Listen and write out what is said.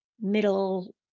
middle